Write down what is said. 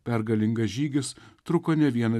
pergalingas žygis truko ne vieną